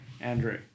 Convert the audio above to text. Andrew